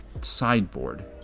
sideboard